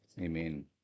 Amen